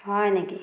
হয় নেকি